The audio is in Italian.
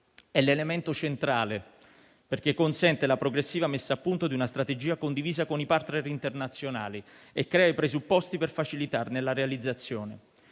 È l'elemento centrale perché consente la progressiva messa a punto di una strategia condivisa con i *partner* internazionali e crea i presupposti per facilitarne la realizzazione.